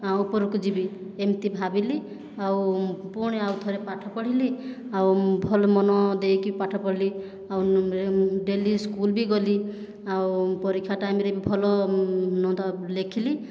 ଆଉ ଉପରକୁ ଯିବି ଏମିତି ଭାବିଲି ଆଉ ପୁଣି ଆଉଥରେ ପାଠ ପଢ଼ିଲି ଆଉ ଭଲ ମନ ଦେଇକି ପାଠ ପଢ଼ିଲି ଆଉ ଡେଲି ସ୍କୁଲ ବି ଗଲି ଆଉ ପରୀକ୍ଷା ଟାଇମରେ ବି ଭଲ ମନ୍ଦ ଲେଖିଲି